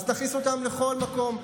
תכניסו אותם לכל מקום,